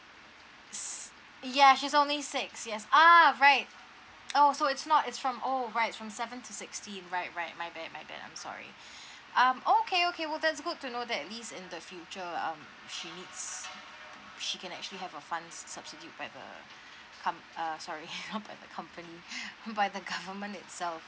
s~ ya she's only six years ah right oh so it's not it's from oh right from seven to sixty right right my bad my bad I'm sorry um okay okay well that's good to know that this in the future um she needs she can actually have a fund substitute by the com~ uh sorry not by the company by the government itself